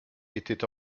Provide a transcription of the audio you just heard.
était